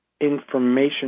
information